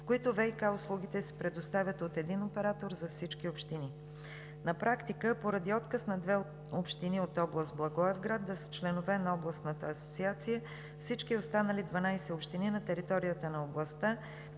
в които ВиК услугите се предоставят от един оператор за всички общини. На практика, поради отказ на две общини от област Благоевград да са членове на Областната асоциация, всички останали 12 общини на територията на областта